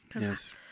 Yes